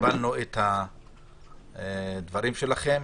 קיבלנו את הדברים שלכם.